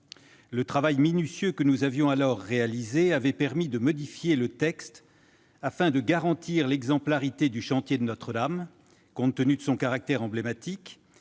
Le travail minutieux que nous avions alors réalisé avait permis de modifier le texte, afin de garantir l'exemplarité du chantier de Notre-Dame, compte tenu de son caractère emblématique,